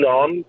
on